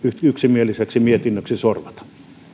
yksimieliseksi mietinnöksi sorvata